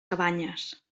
cabanyes